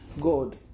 God